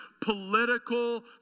political